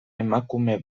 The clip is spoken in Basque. emakume